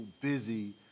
busy